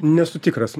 nesu tikras